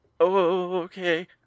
okay